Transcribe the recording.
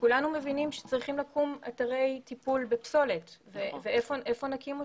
כולנו מבינים שצריכים לקום אתרי טיפול בפסולת והיכן נקים אותם?